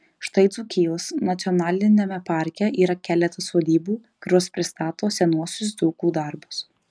štai dzūkijos nacionaliniame parke yra keletas sodybų kurios pristato senuosius dzūkų darbus